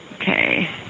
Okay